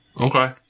Okay